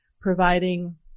providing